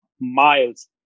miles